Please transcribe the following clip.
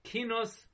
Kinos